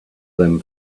them